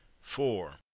four